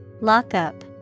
Lockup